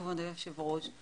כבוד היושב ראש,